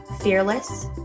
Fearless